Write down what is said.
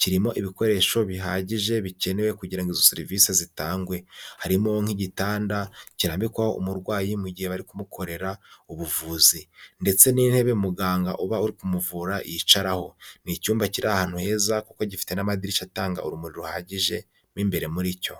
Kirimo ibikoresho bihagije bikenewe kugira ngo izo serivisi zitangwe. Harimo nk'igitanda kirambikwaho umurwayi mu gihe bari kumukorera ubuvuzi, ndetse n'intebe muganga uba uri kumuvura yicaraho. Ni icyumba kiri ahantu heza kuko gifite n'amadirishya atanga urumuri ruhagije mo imbere muri cyo.